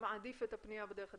לדעתי מעדיף את הפניה דרך הדיגיטלית.